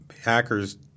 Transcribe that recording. Hackers